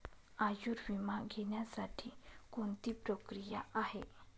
आयुर्विमा घेण्यासाठी कोणती प्रक्रिया आहे?